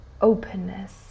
openness